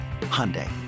Hyundai